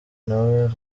nawe